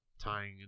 tying